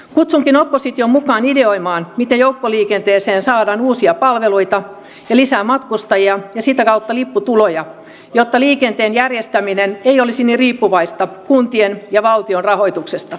kutsunkin opposition mukaan ideoimaan miten joukkoliikenteeseen saadaan uusia palveluita ja lisää matkustajia ja sitä kautta lipputuloja jotta liikenteen järjestäminen ei olisi niin riippuvaista kuntien ja valtion rahoituksesta